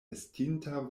estinta